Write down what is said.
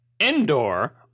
Endor